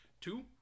Two